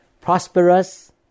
prosperous